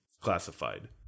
Classified